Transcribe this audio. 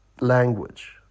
language